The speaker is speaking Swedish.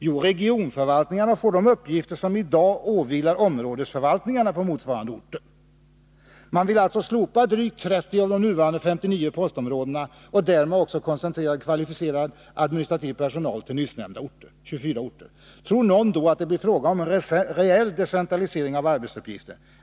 Jo, ”Regionförvaltningarna får de uppgifter som idag åvilar områdesförvaltningarna på motsvarande orter.” Man vill alltså slopa drygt 30 av de nuvarande 59 postområdena och därmed också koncentrera kvalificerad administrativ personal till nyssnämnda 24 orter. Tror någon då att det blir fråga om en reell decentralisering av arbetsuppgifter?